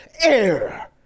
air